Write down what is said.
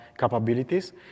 capabilities